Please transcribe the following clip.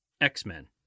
X-Men